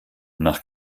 nach